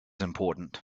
important